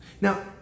Now